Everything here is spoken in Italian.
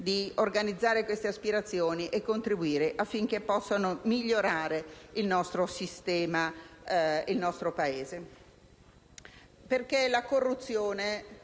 di organizzare queste aspirazioni e contribuire affinché possano migliorare il nostro sistema e il nostro Paese.